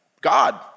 God